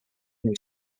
new